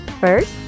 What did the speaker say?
First